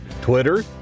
Twitter